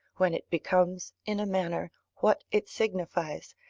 when it becomes, in a manner, what it signifies,